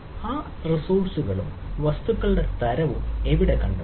ആ റിസോഴ്സുകളും വസ്തുക്കളുടെ തരവും എവിടെ കണ്ടെത്തും